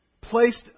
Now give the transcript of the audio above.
placed